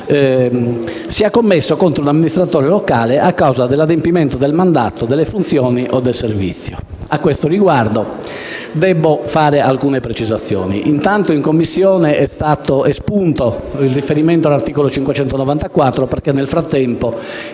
sia commesso contro un amministratore locale a causa dell'adempimento del mandato, delle funzioni o del servizio. A questo riguardo debbo fare alcune precisazioni. Intanto, in Commissione è stato espunto il riferimento all'articolo 594 del codice